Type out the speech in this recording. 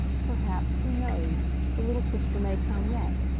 perhaps who knows the little sister may come yet.